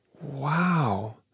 Wow